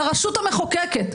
לרשות המחוקקת,